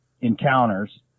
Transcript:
encounters